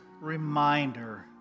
reminder